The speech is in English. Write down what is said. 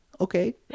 Okay